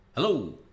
Hello